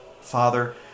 Father